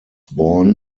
born